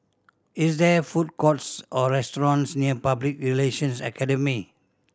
is there food courts or restaurants near Public Relations Academy